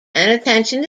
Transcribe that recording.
attention